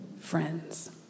friends